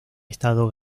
estado